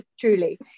truly